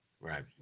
right